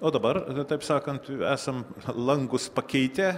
o dabar taip sakant esam langus pakeitę